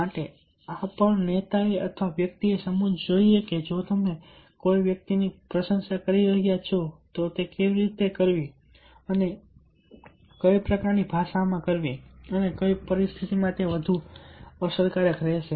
માટે આ પણ નેતા એ અથવા વ્યક્તિએ સમજવું જોઈએ કે જો તમે વ્યક્તિની પ્રશંસા કરી રહ્યા છો કેવી રીતે કરવી અને કઈ પ્રકારની ભાષા મા અને કઈ પરિસ્થિતિમાં તે વધુ અસરકારક રહેશે